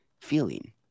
feeling